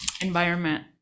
environment